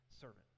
servant